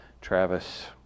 Travis